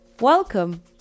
welcome